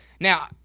Now